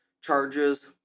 charges